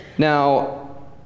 Now